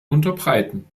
unterbreiten